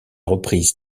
reprise